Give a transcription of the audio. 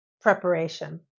preparation